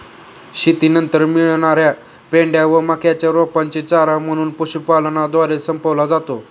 शेतीनंतर मिळणार्या पेंढ्या व मक्याच्या रोपांचे चारा म्हणून पशुपालनद्वारे संपवला जातो